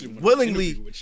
willingly